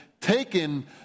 taken